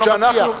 אני לא מטיח.